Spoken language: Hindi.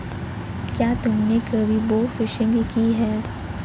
क्या तुमने कभी बोफिशिंग की है?